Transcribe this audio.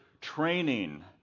training